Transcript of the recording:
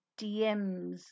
DMs